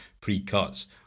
pre-cuts